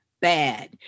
bad